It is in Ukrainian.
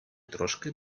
трошки